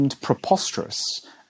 preposterous